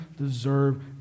deserve